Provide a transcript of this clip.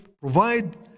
provide